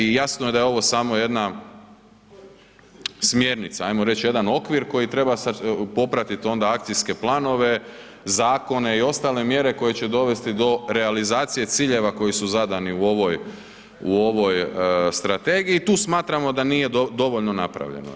I jasno je da je ovo samo jedna smjernica, ajmo reć, jedan okvir koji treba popratiti akcijske planove, zakone i ostale mjere koje će dovesti do realizacije ciljeva koji su zadani u ovoj strategiji i tu smatramo da nije dovoljno napravljeno.